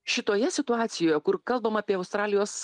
šitoje situacijoje kur kalbama apie australijos